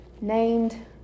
named